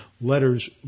letters